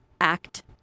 Act